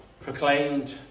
proclaimed